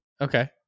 Okay